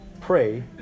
pray